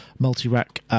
multi-rack